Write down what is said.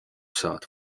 saad